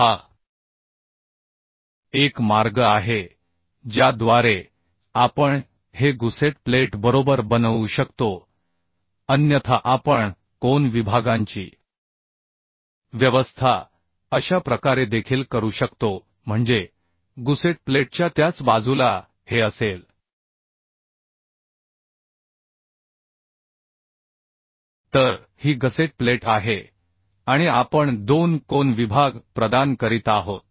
हा एक मार्ग आहे ज्याद्वारे आपण हे गुसेट प्लेट बरोबर बनवू शकतो अन्यथा आपण कोन विभागांची व्यवस्था अशा प्रकारे देखील करू शकतो म्हणजे गुसेट प्लेटच्या त्याच बाजूला हे असेल तर ही गसेट प्लेट आहे आणि आपण दोन कोन विभाग प्रदान करीत आहोत